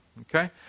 okay